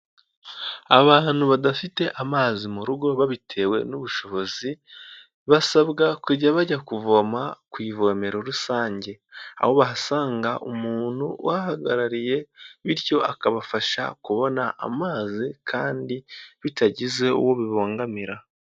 Abantu badafite amazi mu rugo babitewe n'ubushobozi basabwa kujya bajya kuvoma ku ivomero rusange, aho bahasanga umuntu wahagarariye bityo akabafasha kubona amazi kandi bitagize uwo bibongamira.